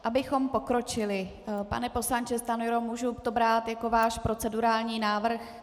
Abychom pokročili, pane poslanče Stanjuro, můžu to brát jako váš procedurální návrh.